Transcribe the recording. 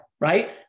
right